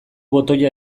botoia